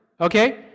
Okay